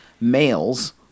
males